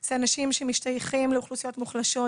זה אנשים שמשתייכים לאוכלוסיות מוחלשות,